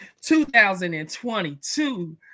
2022